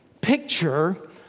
picture